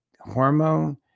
hormone